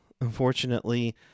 Unfortunately